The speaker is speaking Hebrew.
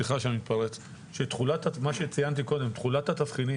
הוא שתחולת התבחינים,